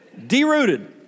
Derooted